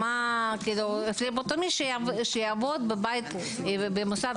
פבלוטומיסט שיעבוד בבית ובמוסד.